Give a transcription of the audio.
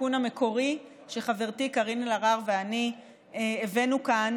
התיקון המקורי שחברתי קארין אלהרר ואני הבאנו כאן